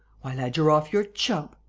why, lad, you're off your chump!